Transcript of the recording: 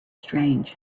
strange